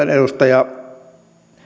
kannatan edustaja